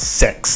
six